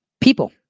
people